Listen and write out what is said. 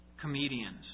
comedians